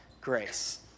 grace